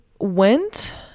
went